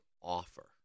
offer